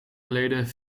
geleden